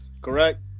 correct